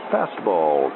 Fastball